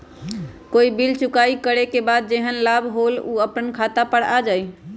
कोई बिल चुकाई करे के बाद जेहन लाभ होल उ अपने खाता पर आ जाई?